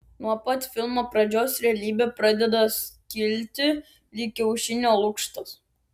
nuo pat filmo pradžios realybė pradeda skilti lyg kiaušinio lukštas